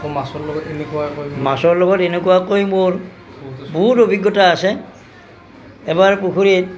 মাছৰ লগত এনেকুৱাকৈ মোৰ বহুত অভিজ্ঞতা আছে এবাৰ পুখুৰীত